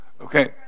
Okay